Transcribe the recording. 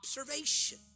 observation